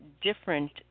different